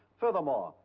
furthermore,